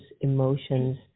emotions